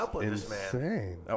insane